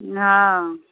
हँ